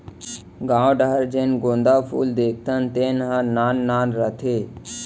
गॉंव डहर जेन गोंदा फूल देखथन तेन ह नान नान रथे